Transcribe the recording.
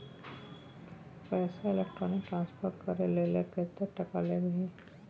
पैसा electronic transfer करय लेल कतेक टका लेबही